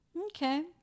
okay